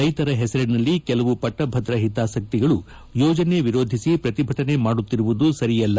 ರೈತರ ಹೆಸರಿನಲ್ಲಿ ಕೆಲವು ಪಟ್ಟಭದ್ರ ಹಿತಾಸಕ್ತಿಗಳು ಯೋಜನೆ ಎರೋಧಿಸಿ ಪ್ರತಿಭಟನೆ ಮಾಡುತ್ತಿರುವುದು ಸರಿಯಲ್ಲ